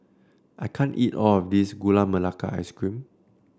I can't eat all of this Gula Melaka Ice Cream